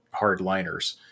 hardliners